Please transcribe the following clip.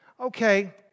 okay